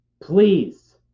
please